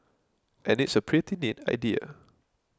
and it's a pretty neat idea